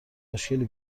مشکلی